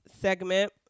segment